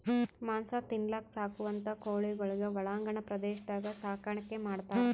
ಮಾಂಸ ತಿನಲಕ್ಕ್ ಸಾಕುವಂಥಾ ಕೋಳಿಗೊಳಿಗ್ ಒಳಾಂಗಣ ಪ್ರದೇಶದಾಗ್ ಸಾಕಾಣಿಕೆ ಮಾಡ್ತಾರ್